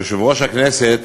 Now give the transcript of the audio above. יושב-ראש הכנסת